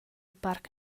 parc